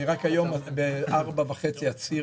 רק היום ב-16:30 אני אצהיר